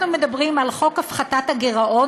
אנחנו מדברים על חוק הפחתת הגירעון